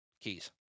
Keys